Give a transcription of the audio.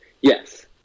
Yes